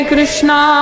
Krishna